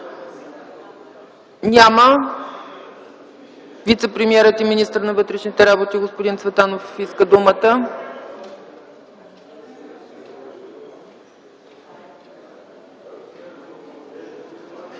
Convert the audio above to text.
Няма. Вицепремиерът и министър на вътрешните работи господин Цветанов иска думата.